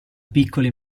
piccoli